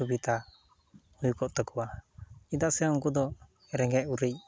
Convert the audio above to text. ᱥᱩᱵᱤᱫᱷᱟ ᱦᱩᱭᱠᱚᱜ ᱛᱟᱠᱚᱣᱟ ᱪᱮᱫᱟᱜ ᱥᱮ ᱩᱱᱠᱚ ᱫᱚ ᱨᱮᱸᱜᱮᱡᱼᱚᱨᱮᱡ